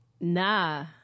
Nah